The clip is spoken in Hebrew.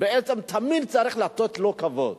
בעצם תמיד צריך לתת לו כבוד,